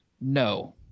no